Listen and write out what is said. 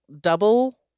Double